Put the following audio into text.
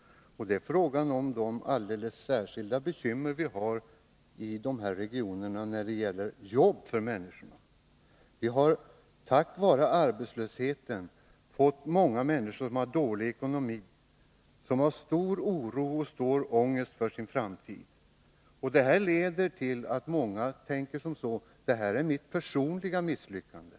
Det är frågan om de alldeles särskilda bekymmer vi har i dessa regioner när det gäller jobb för människorna. Till följd av arbetslösheten har många människor fått dålig ekonomi, stor oro och stor ångest för framtiden. Detta leder till att många tänker som så: det här är mitt personliga misslyckande.